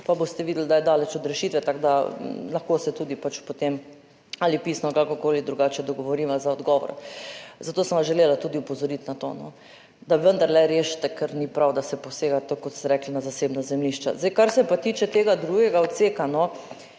pa boste videli, da je daleč od rešitve. Tako da se lahko tudi potem pisno ali kakor koli drugače dogovoriva za odgovor, zato sem vas želela tudi opozoriti na to, da vendarle rešite, ker ni prav, da se posega, tako kot ste rekli, na zasebna zemljišča. Kar se pa tiče tega drugega odseka,